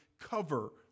cover